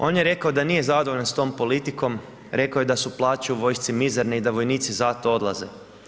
On je rekao da nije zadovoljan s tom politikom, rekao je da su plaće u vojski mizerne i da vojnici zato odlaze.